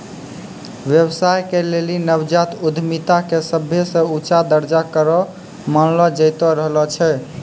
व्यवसाय के लेली नवजात उद्यमिता के सभे से ऊंचा दरजा करो मानलो जैतो रहलो छै